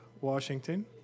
Washington